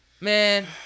man